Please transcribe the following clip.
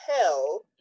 tell